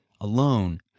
alone